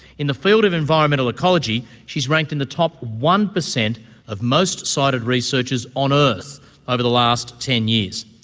in the field of environmental ecology, she is ranked in the top one percent of the most cited researchers on earth over the last ten years.